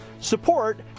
support